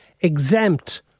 exempt